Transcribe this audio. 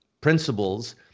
principles